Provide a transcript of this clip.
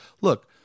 look